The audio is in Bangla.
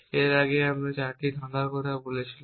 এর আগে আমরা এই 8টি ধাঁধার জন্য বলেছিলাম